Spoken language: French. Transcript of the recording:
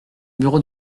bureau